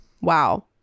wow